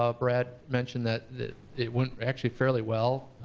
ah brad mentioned that that it went actually fairly well,